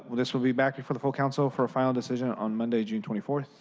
this will be back before the full council for final decision on monday, june twenty four.